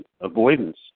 avoidance